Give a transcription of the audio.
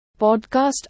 Podcast